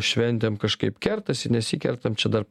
šventėm kažkaip kertasi nesikerta čia dar